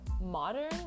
modern